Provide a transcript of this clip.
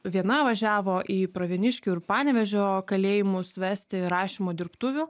viena važiavo į pravieniškių ir panevėžio kalėjimus vesti rašymo dirbtuvių